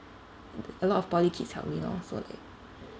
a lot of poly kids help me lor so like